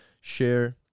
share